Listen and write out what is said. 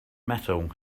metal